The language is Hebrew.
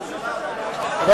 (קוראת בשמות חברי הכנסת) אלכס מילר,